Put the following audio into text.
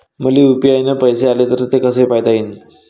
मले यू.पी.आय न पैसे आले, ते कसे पायता येईन?